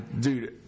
dude